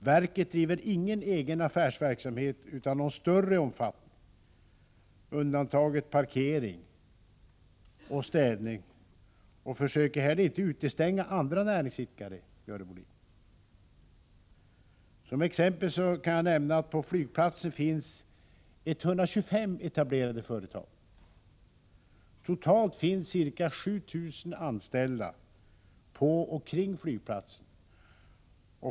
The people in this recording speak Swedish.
Verket driver ingen egen affärsverksamhet av någon större omfattning — med undantag för parkering och städning — och försöker heller inte utestänga andra näringsidkare, Görel Bohlin. Som exempel kan jag nämna att det på flygplatsen finns 125 etablerade företag. Totalt finns ca 7 000 anställda på och kring flygplatsen.